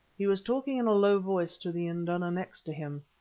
he was talking in a low voice to the induna next to him.